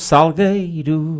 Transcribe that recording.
Salgueiro